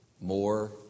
More